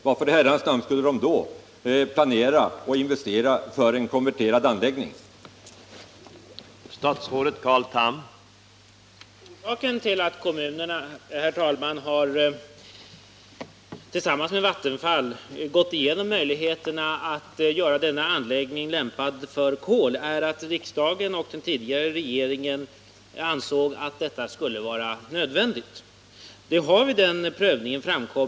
Varför i Herrans namn skulle de då planera för och investera i en anläggning som bygger på konverteringsmöjligheter?